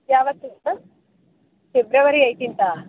ಯಾವತ್ತು ma'am February ಏಯ್ಟೀನ್ತಾ